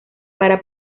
para